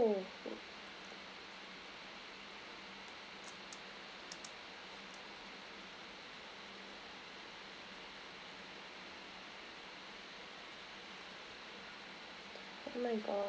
oh my god